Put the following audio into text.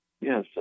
Yes